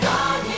God